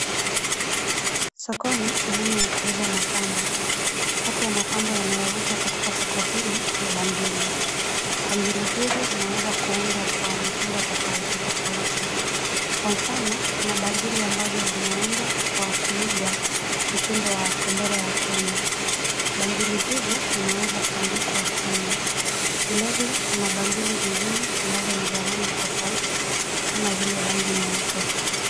Sokoni sehemu ya kuuza mapambo. Kati ya mapambo yanayouzwa katika soko hili ni bangili. Bangili hizi zimeweza kuundwa kwa mitindo tofauti tofauti. Kwa mfano, kuna bangili ambazo zilimeundwa kwa kuiga mtindo wa bendera ya Kenya. Bangili hizo zimeweza kuandikwa Kenya. Vilevile, kuna bangili zingine ambazo ni za rangi tofauti kama vile rangi nyeupe.